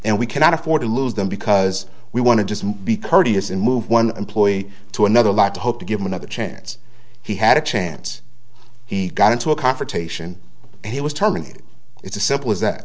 and we cannot afford to lose them because we want to just be courteous and move one employee to another lot to hope to give him another chance he had a chance he got into a confrontation he was terminated it's as simple as that